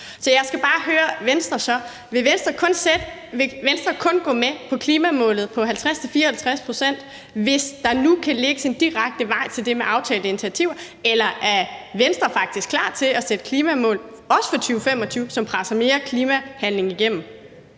Så jeg skal bare høre Venstre: Vil Venstre kun gå med på klimamålet på 50-54 pct., hvis der nu kan lægges en direkte vej til det med aftalte initiativer? Eller er Venstre faktisk klar til at sætte klimamål, også for 2025, som presser mere klimahandling igennem?